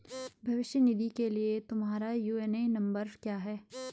भविष्य निधि के लिए तुम्हारा यू.ए.एन नंबर क्या है?